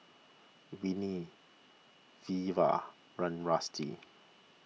Whitney Veva Run Rusty